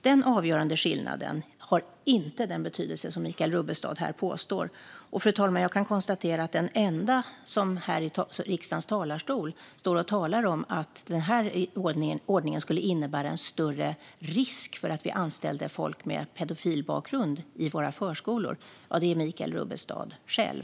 Den skillnaden har inte den avgörande betydelse som Michael Rubbestad här påstår. Fru talman! Jag kan konstatera att den enda som här i riksdagens talarstol talar om att den här ordningen skulle innebära större risk för att vi anställer folk med pedofilbakgrund i våra förskolor är Michael Rubbestad själv.